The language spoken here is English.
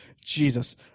Jesus